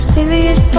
Period